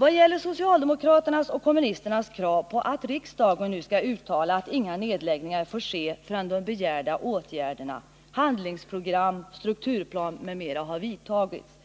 Vad gäller socialdemokraternas och kommunisternas krav på att riksdagen så att man siktar in produktionen på lönsamma skall uttala att inga nedläggningar får göras förrän de begärda åtgärderna — syftande till handlingsprogram, strukturplan m.m. — har vidtagits